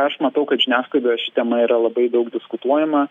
aš matau kad žiniasklaidoj ši tema yra labai daug diskutuojama